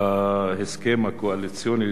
להסכם הקואליציוני,